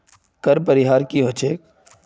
कर परिहार की ह छेक